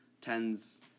tens